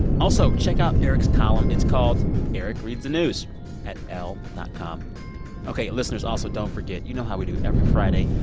also, check out eric's column. it's called eric reads the news at elle dot com ok. listeners, also, don't forget, you know how we do every friday.